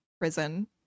prison